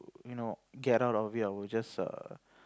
you know get out of it I would just err